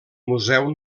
museu